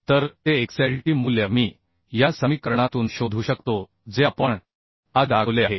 तर ते xlt मूल्य मी या समीकरणातून शोधू शकतो जे आपण आधी दाखवले आहे